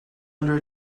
under